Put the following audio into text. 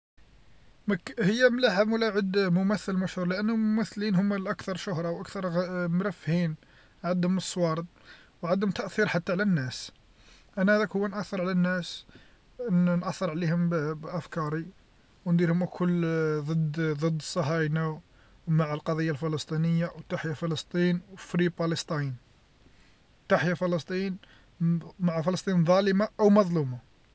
هي مليحة ممثل مشهور لأنهم ممثلين هم الأكثر شهره والأكثر مرفهين عندهم الصوارد وعندهم تأثير حتى على الناس أنا ذاك هو نأثر على الناس نأثر عليهم بأفكاري وندير هم كل ضد الصهاينة ومع القضية الفلسطينية و تحيا فلسطين و فري بالستاين تحيا فلسطين مع فلسطين ظالمة أو مظلومة.